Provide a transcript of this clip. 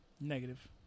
Negative